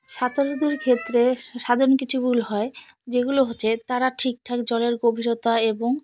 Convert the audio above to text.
সাঁতারুদের ক্ষেত্রে সাধারণ কিছু ভুল হয় যেগুলো হচ্ছে তারা ঠিকঠাক জলের গভীরতা এবং